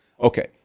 Okay